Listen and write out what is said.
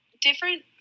different